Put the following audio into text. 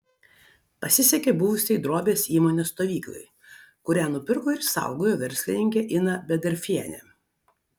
pasisekė buvusiai drobės įmonės stovyklai kurią nupirko ir išsaugojo verslininkė ina bedarfienė